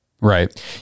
right